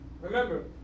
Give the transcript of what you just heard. Remember